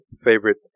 favorite